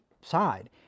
side